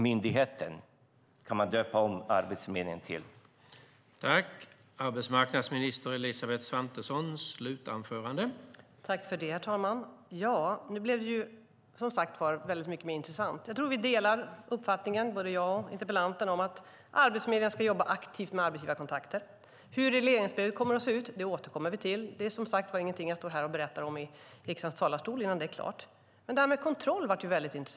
Man skulle kunna döpa om Arbetsförmedlingen till Kontrollmyndigheten.